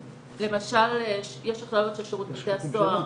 למשל יש הכללות של שירות בתי הסוהר,